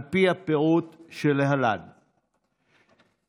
על פי הפירוט שלהלן: